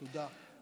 תודה.